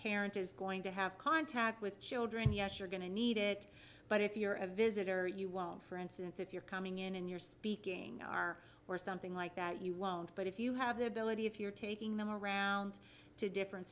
parent is going to have contact with children yes you're going to need it but if you're a visitor you won't for instance if you're coming in and you're speaking our or something like that you won't but if you have the ability if you're taking them around to different